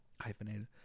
Hyphenated